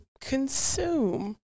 consume